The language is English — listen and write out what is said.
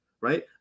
right